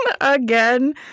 again